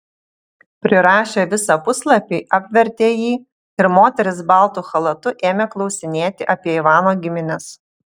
prirašę visą puslapį apvertė jį ir moteris baltu chalatu ėmė klausinėti apie ivano gimines